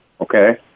Okay